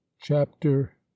chapter